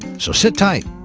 so sit tight.